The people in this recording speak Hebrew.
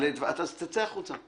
תצא החוצה.